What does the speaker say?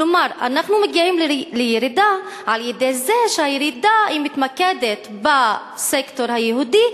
כלומר אנחנו מגיעים לירידה בכך שהירידה מתמקדת בסקטור היהודי,